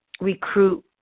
recruit